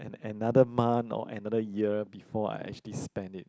another month or another year before I actually spend it